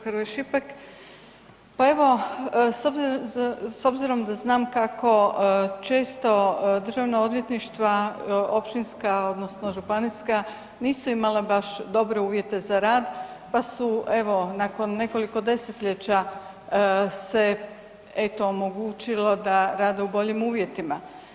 Hrvoj Šipek, pa evo s obzirom da znamo kako često Državna odvjetništva, općinska odnosno županijska nisu imala baš dobre uvjete za rad, pa su evo nakon nekoliko desetljeća se eto omogućilo da rade u boljim uvjetima.